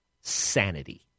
sanity